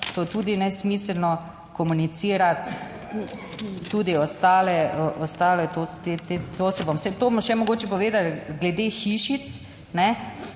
je tudi nesmiselno komunicirati, tudi ostale, ostalo je, to se bom, saj, to bomo še mogoče povedali, glede hišic, kajne,